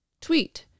tweet